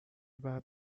بعد